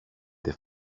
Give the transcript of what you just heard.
det